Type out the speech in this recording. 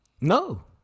No